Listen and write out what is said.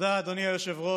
תודה, אדוני היושב-ראש.